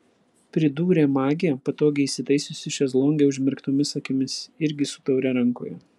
pridūrė magė patogiai įsitaisiusi šezlonge užmerktomis akimis irgi su taure rankoje